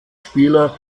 spieler